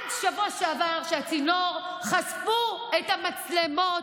עד השבוע שעבר, כשהצינור חשפו את המצלמות.